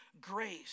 grace